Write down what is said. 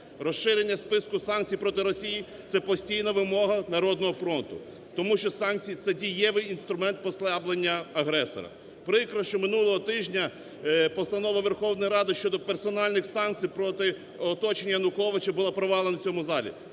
Розширення списку санкцій проти Росії – це постійна вимога "Народного фронту". Тому що санкції – це дієвий інструмент послаблення агресора. Прикро, що минулого тижня Постанова Верховної Ради щодо персональних санкцій проти оточення Януковича була провалена в цьому залі.